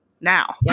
now